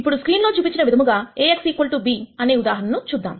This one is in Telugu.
ఇప్పుడు స్క్రీన్ లో చూపించిన విధముగా A x b అనే ఉదాహరణ ను చూద్దాం